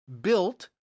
built